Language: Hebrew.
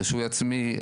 רישוי עצמי,